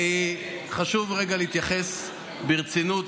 חשוב רגע להתייחס ברצינות,